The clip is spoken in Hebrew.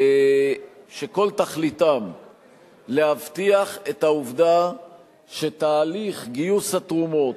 שכל תכליתם להבטיח את העובדה שתהליך גיוס התרומות